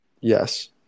yes